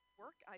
work